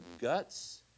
guts